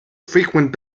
frequent